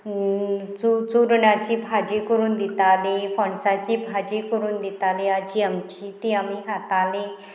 चू चुरण्याची भाजी करून दिताली फणसाची भाजी करून दिताली आजी आमची ती आमी खाताली